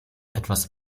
etwas